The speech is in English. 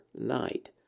night